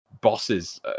bosses